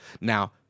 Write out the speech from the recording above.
Now